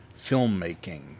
filmmaking